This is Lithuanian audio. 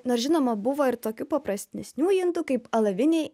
nors žinoma buvo ir tokių paprastesnių indų kaip alaviniai